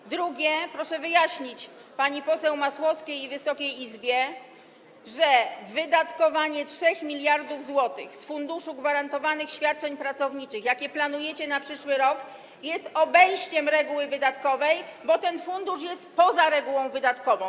Po drugie, proszę wyjaśnić pani poseł Masłowskiej i Wysokiej Izbie, że wydatkowanie 3 mld zł z Funduszu Gwarantowanych Świadczeń Pracowniczych, jakie planujecie na przyszły rok, jest obejściem reguły wydatkowej, bo ten fundusz jest poza regułą wydatkową.